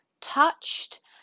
touched